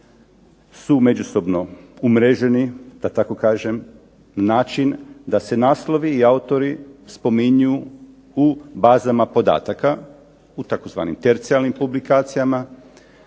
su međusobno umreženi da tako kažem. Način da se naslovi i autori spominju u bazama podataka, u tzv. tercijarnim publikacijama